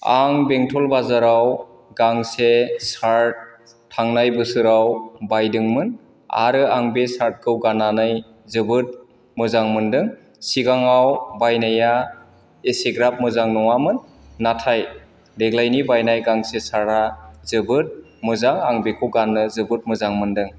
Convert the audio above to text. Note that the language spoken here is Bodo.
आं बेंथल बाजाराव गांसे सार्ट थांनाय बोसोराव बायदोंमोन आरो आं बे सार्टखौ गाननानै जोबोद मोजां मोनदों सिगाङाव बायनाया एसेग्राब मोजां नङामोन नाथाय देग्लायनि बायनाय गांसे सार्टआ जोबोद मोजां आं बेखौ गाननो जोबोद मोजां मोनदों